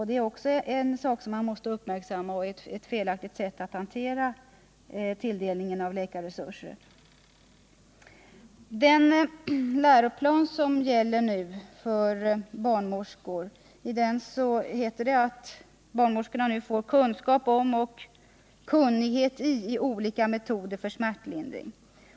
Det är också en sak som måste uppmärksammas och ett felaktigt sätt att hantera tilldelningen av läkarresurser. I den läroplan som gäller för barnmorskor heter det att barnmorskorna nu får kunskap om och kunnighet i olika metoder för smärtlindring.